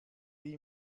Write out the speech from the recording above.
wie